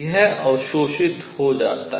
यह अवशोषित हो जाता है